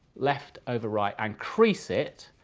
left over right, and crease it.